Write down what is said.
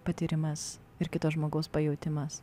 patyrimas ir kito žmogaus pajautimas